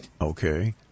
Okay